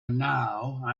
now